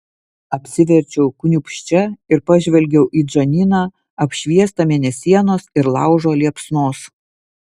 apsiverčiau kniūbsčia ir pažvelgiau į džaniną apšviestą mėnesienos ir laužo liepsnos